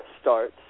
starts